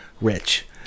rich